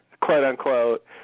quote-unquote